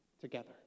together